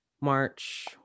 March